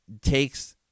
takes